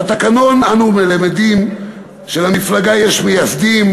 מהתקנון אנו למדים שלמפלגה יש מייסדים,